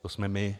To jsme my.